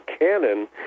cannon